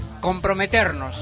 comprometernos